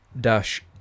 dash